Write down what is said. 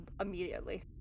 immediately